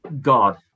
God